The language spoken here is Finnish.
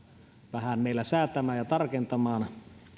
vähän meillä säätämään ja tarkentamaan